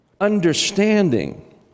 Understanding